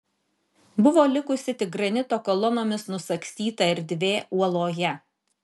buvo likusi tik granito kolonomis nusagstyta erdvė uoloje